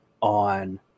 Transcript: on